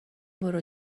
برو